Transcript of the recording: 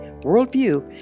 worldview